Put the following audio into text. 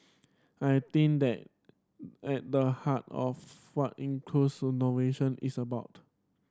I think that at the heart of what innovation is about